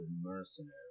mercenary